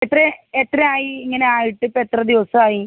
എത്ര എത്രയായി ഇങ്ങനെ ആയിട്ട് ഇപ്പോൾ എത്ര ദിവസമായി